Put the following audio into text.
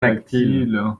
tactile